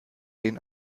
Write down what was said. den